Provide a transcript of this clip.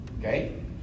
okay